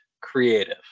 creative